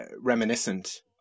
reminiscent